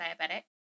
diabetic